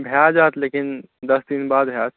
भय जायत लेकिन दस दिन बाद होयत